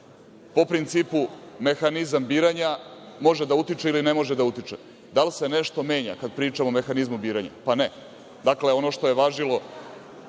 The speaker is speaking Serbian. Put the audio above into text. po principu mehanizam biranja može da utiče ili ne može da utiče. Da li se nešto menja kada pričamo o mehanizmu biranja? Ne. Dakle, ono što je važilo,